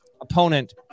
opponent